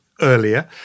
Earlier